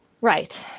Right